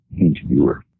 interviewer